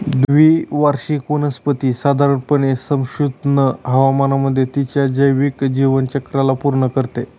द्विवार्षिक वनस्पती साधारणपणे समशीतोष्ण हवामानामध्ये तिच्या जैविक जीवनचक्राला पूर्ण करते